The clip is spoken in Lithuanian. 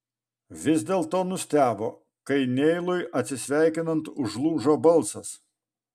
vis dėlto nustebo kai neilui atsisveikinant užlūžo balsas